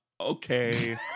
Okay